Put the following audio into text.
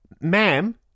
ma'am